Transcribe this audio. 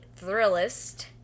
Thrillist